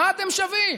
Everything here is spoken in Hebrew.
מה אתם שווים?